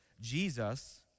Jesus